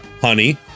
honey